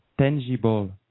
tangible